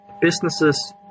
businesses